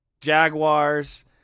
Jaguars